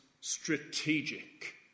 strategic